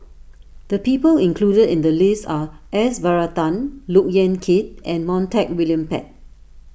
the people included in the list are S Varathan Look Yan Kit and Montague William Pett